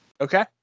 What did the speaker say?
Okay